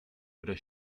oder